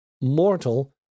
mortal